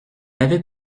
avait